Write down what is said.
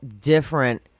different